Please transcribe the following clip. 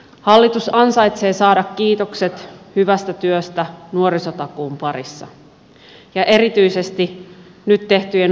hallitus ansaitsee saada kiitokset hyvästä työstä nuorisotakuun parissa ja erityisesti nyt tehtyjen oppisopimuspäätösten osalta